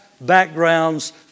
backgrounds